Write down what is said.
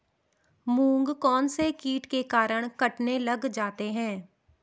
मूंग कौनसे कीट के कारण कटने लग जाते हैं?